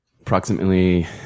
Approximately